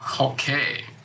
Okay